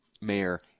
Mayor